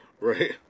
right